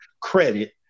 credit